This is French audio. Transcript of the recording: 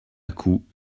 coup